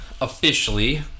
officially